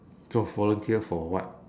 so volunteer for what